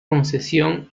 concesión